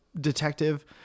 detective